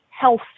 Health